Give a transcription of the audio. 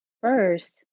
first